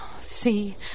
See